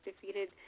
Defeated